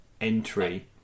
entry